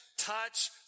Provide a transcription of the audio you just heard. Touch